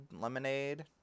lemonade